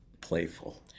playful